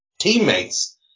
teammates